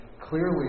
Clearly